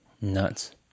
Nuts